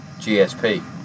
GSP